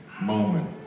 moment